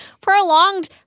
Prolonged